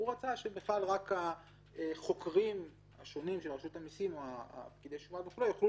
הוא רצה שרק החוקרים השונים של רשות המיסים או פקידי השומה וכולי יוכלו